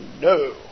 No